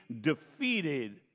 defeated